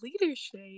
Leadership